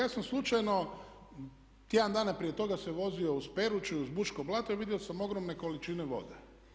Ja sam slučajno tjedan dana prije toga se vozio u Peruću i uz Buško blato i vidio sam ogromne količine vode.